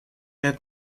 het